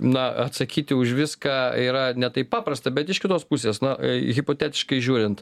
na atsakyti už viską yra ne taip paprasta bet iš kitos pusės na hipotetiškai žiūrint